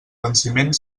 venciment